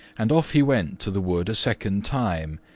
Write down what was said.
and off he went to the wood a second time,